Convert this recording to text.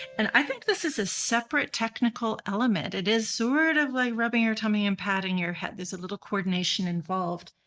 and i think this is a separate technical element. it is sort of like rubbing your tummy and patting your head. there's a little coordination involved.